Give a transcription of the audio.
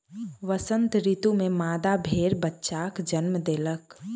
वसंत ऋतू में मादा भेड़ बच्चाक जन्म देलक